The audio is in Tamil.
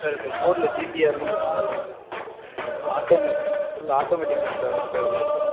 சார் இப்போ ஃபோர்ட்டில் ஜிபிஆர்னு ஒரு மாடல் இறக்கிருக்காங்க full automate full automatic sensor தான் சார் எல்லாம்